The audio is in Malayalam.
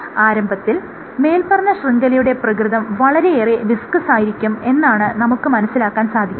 ആരംഭത്തിൽ മേല്പറഞ്ഞ ശൃംഖലയുടെ പ്രകൃതം വളരെയേറെ വിസ്കസ് ആയിരിക്കും എന്നാണ് നമുക്ക് മനസ്സിലാക്കാൻ സാധിക്കുന്നത്